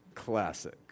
classic